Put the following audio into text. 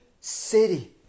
city